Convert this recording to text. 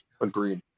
agreed